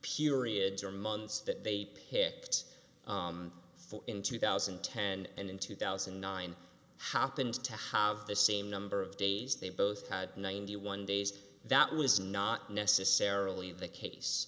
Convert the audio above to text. periods or months that they picked for in two thousand and ten and in two thousand and nine happened to how the same number of days they both had ninety one days that was not necessarily the case